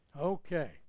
okay